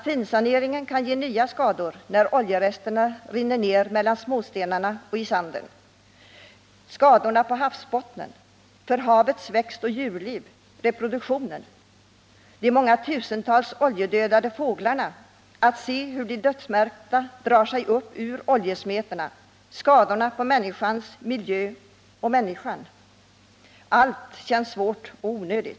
Finsaneringen kan ge nya skador när oljeresterna rinner ner mellan småstenarna och i sanden. Vi har inte sett vilka skadorna blir på havsbotten, för reproduktionen av havets växtoch djurliv. Men vi har sett de många tusentals oljedödade fåglarna, vi har sett hur de dödsmärkta drar sig upp ur oljesmeten. Skadorna på människans miljö och på människan känns svåra och onödiga.